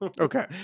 Okay